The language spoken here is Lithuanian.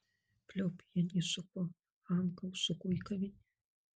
pliopienė su kochanka užsuko į kavinę